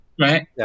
Right